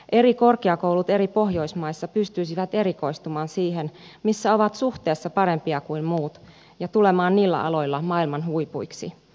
eri korkeakoulut eri pohjoismaissa pystyisivät erikoistumaan siihen missä ovat suhteessa parempia kuin muut ja tulemaan niillä aloilla maailman huipuiksi